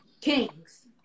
kings